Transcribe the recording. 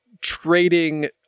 trading